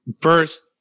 First